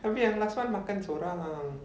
tapi yang last one makan seorang